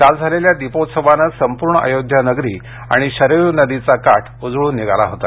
काल झालेल्या दीपोत्सवानं संपूर्ण अयोध्या नगरी आणि शरयू नदीचा काठ उजळून निघाला होता